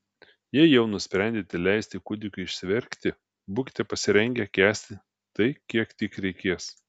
jei jau nusprendėte leisti kūdikiui išsiverkti būkite pasirengę kęsti tai kiek tik reikės